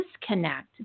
disconnect